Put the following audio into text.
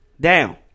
Down